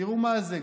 תראו מה זה,